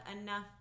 enough